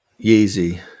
Yeezy